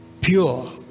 pure